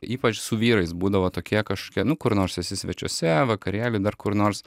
ypač su vyrais būdavo tokie kažkokie nu kur nors esi svečiuose vakarėly dar kur nors